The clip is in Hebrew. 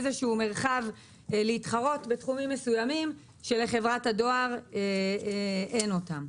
יש להם איזה שהוא מרחב להתחרות בתחומים מסוימים שלחברת הדואר אין אותם.